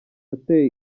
ateye